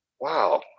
wow